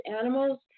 animals